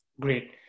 Great